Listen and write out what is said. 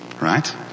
right